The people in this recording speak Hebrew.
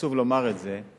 שעצוב לומר את זה,